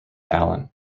allen